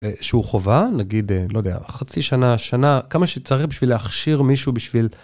שהוא חובה, נגיד, לא יודע, חצי שנה, שנה, כמה שצריך בשביל להכשיר מישהו בשביל...